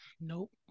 Nope